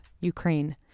Ukraine